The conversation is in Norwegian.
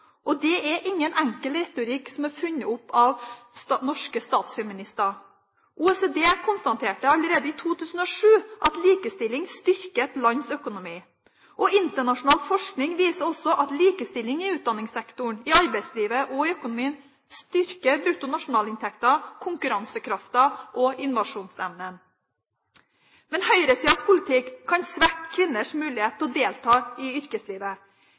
og det er ingen enkel retorikk som er funnet opp av norske statsfeminister. OECD konstaterte allerede i 2007 at likestilling styrker et lands økonomi. Internasjonal forskning viser også at likestilling i utdanningssektoren, i arbeidslivet og i økonomien styrker brutto nasjonalinntekten, konkurransekraften og innovasjonsevnen. Men høyresidas politikk kan svekke kvinners mulighet til å delta i yrkeslivet.